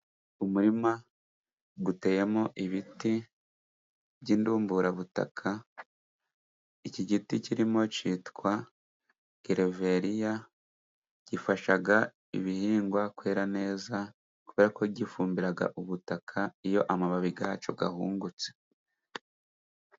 Umurima uteyemo ibiti by'indumbura butaka. Iki giti kirimo cyitwa gereveriya gifashaga ibihingwa kwera neza, kubera ko gifumbira ubutaka iyo amababi yacyo ahungutse.